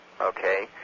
Okay